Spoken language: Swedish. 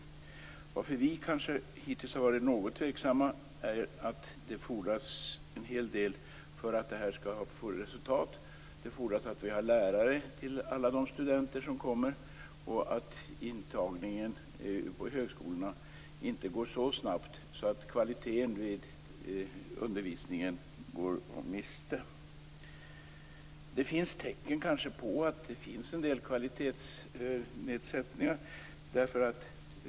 Anledningen till att vi moderater kanske har varit litet tveksamma hittills är att det fordras en hel del för att detta skall få resultat. Det fordras lärare till alla de studenter som kommer, och det fordras att intagningen till högskolorna inte går så snabbt så att man går miste om kvaliteten i undervisningen. Det finns tecken på att det kanske finns en del kvalitetssänkningar.